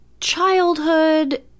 childhood